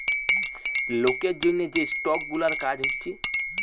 লোকের জন্যে যে স্টক গুলার কাজ হচ্ছে